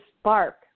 spark